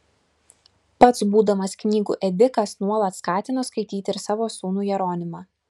pats būdamas knygų ėdikas nuolat skatino skaityti ir savo sūnų jeronimą